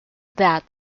that